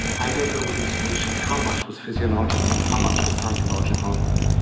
i don't know with these patients how much was physiological, how much was psychological.